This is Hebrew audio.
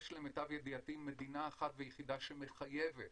יש, למיטב ידיעתי, מדינה אחת ויחידה שמחייבת